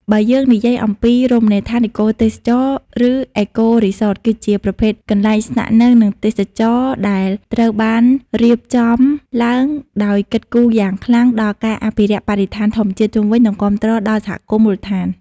បើយើងនិយាយអំពី រមណីយដ្ឋានអេកូទេសចរណ៍ ឬ អេកូ រីសត គឺជាប្រភេទកន្លែងស្នាក់នៅ និងទេសចរណ៍ដែលត្រូវបានរៀបចំឡើងដោយគិតគូរយ៉ាងខ្លាំងដល់ការអភិរក្សបរិស្ថានធម្មជាតិជុំវិញ និងគាំទ្រដល់សហគមន៍មូលដ្ឋាន។